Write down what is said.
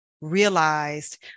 realized